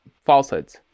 falsehoods